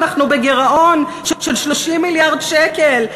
אנחנו בגירעון של 30 מיליארד שקל,